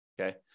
okay